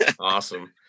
Awesome